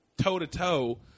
toe-to-toe